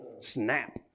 Snap